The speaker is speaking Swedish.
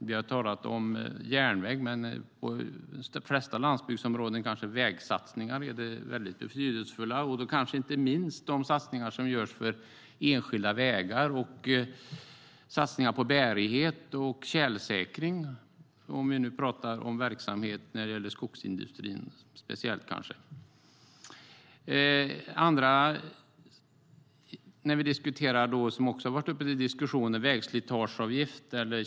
Vi har pratat om järnvägar, men i de flesta landsbygdsområden är vägsatsningar väldigt betydelsefulla, inte minst de satsningar som görs på enskilda vägar, på bärighet och på tjälsäkring - om vi nu pratar om verksamhet inom skogsindustrin. Vägslitageavgift eller kilometerskatt har också varit uppe till diskussion här tidigare.